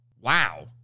Wow